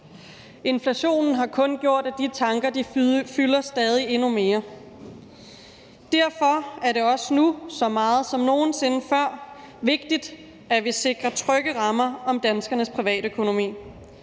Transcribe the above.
Inflationen har kun gjort, at de tanker fylder stadig mere. Derfor er det også nu så meget som nogen sinde før vigtigt, at vi sikrer trygge rammer om danskernes privatøkonomi,